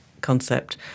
concept